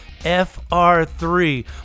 FR3